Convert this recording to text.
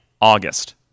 August